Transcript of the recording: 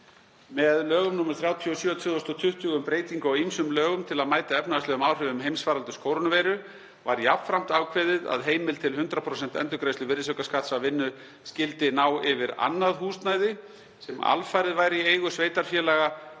Með lögum nr. 37/2020, um breytingu á ýmsum lögum til að mæta efnahagslegum áhrifum heimsfaraldurs kórónuveiru, var jafnframt ákveðið að heimild til 100% endurgreiðslu virðisaukaskatts af vinnu skyldi einnig ná yfir annað húsnæði sem alfarið væri í eigu sveitarfélaga